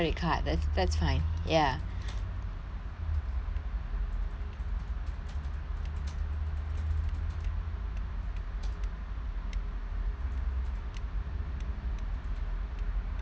ya mm